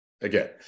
again